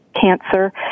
cancer